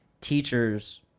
teachers